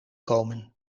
komen